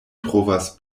trovas